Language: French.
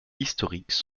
historiques